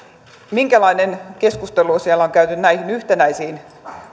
minkälainen keskustelu siellä on käyty näistä yhtenäisistä